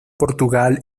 portugal